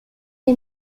les